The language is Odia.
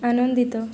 ଆନନ୍ଦିତ